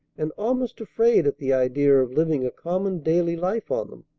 and almost afraid at the idea of living a common, daily life on them.